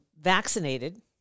vaccinated